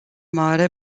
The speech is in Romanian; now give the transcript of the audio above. mare